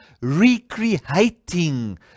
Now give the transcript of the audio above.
recreating